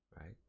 right